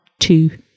two